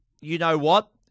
you-know-what